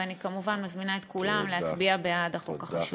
ואני כמובן מזמינה את כולם להצביע בעד החוק החשוב הזה.